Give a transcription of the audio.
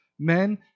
men